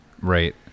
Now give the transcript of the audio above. Right